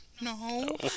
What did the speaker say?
No